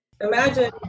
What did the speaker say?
Imagine